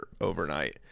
overnight